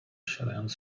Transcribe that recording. siadając